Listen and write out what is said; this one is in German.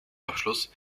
abschluss